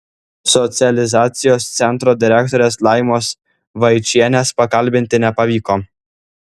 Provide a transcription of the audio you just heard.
socializacijos centro direktorės laimos vaičienės pakalbinti nepavyko